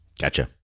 Gotcha